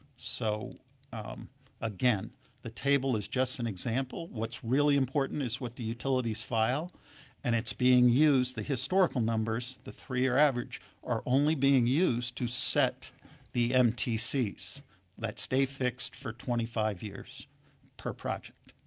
so again the table is just an example, what's really important is what the utilities file and it's being used the historical numbers, the three-year average are only being used to set the mtcs that stay fixed for twenty five years per project.